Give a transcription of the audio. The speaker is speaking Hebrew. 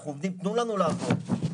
תנו לנו לעבוד,